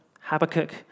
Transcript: Habakkuk